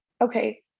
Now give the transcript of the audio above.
okay